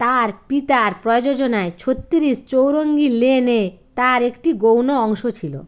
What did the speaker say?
তাঁর পিতার প্রযোজনায় ছত্রিশ চৌরঙ্গী লেনে তার একটি গৌণ অংশ ছিল